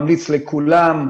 ממליץ לכולם,